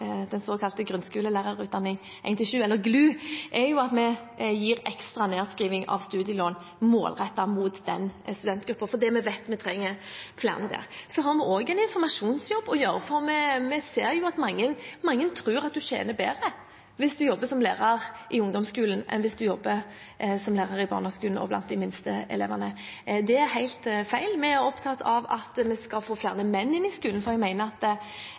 den såkalte grunnskolelærerutdanning 1–7, eller GLU, er at vi gir ekstra nedskriving av studielån målrettet mot den studentgruppen, fordi vi vet vi trenger flere der. Vi har også en informasjonsjobb å gjøre, for vi ser at mange tror at en tjener bedre hvis en jobber som lærer i ungdomsskolen, enn hvis en jobber som lærer i barneskolen og blant de minste elevene. Det er helt feil. Vi er opptatt av at vi skal få flere menn inn i skolen, for jeg mener at